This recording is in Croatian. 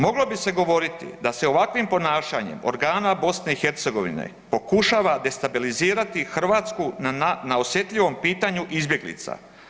Moglo bi se govoriti da se ovakvim ponašanjem organa BiH pokušava destabilizirati Hrvatsku na osjetljivom pitanju izbjeglica.